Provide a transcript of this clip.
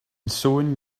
sewing